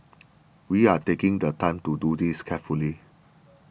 we are taking the time to do this carefully